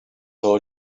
all